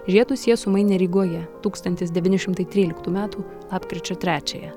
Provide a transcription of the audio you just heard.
žiedus jie sumainė rygoje tūkstantis devyni šimtai tryliktų metų lapkričio trečiąją